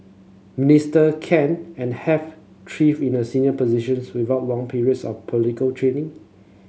minister can and have thrived in a senior positions without long periods of political training